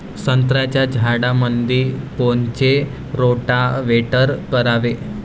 संत्र्याच्या झाडामंदी कोनचे रोटावेटर करावे?